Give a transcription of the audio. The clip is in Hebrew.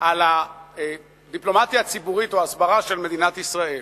על הדיפלומטיה הציבורית וההסברה של מדינת ישראל,